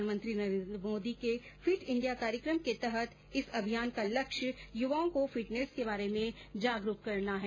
प्रधानमंत्री नरेंद्र मोदी के फिट इंडिया कार्यक्रम के तहत इस अभियान का लक्ष्य युवाओं को फिटनेस के बारे में जागरूक करना है